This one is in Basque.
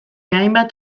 hainbat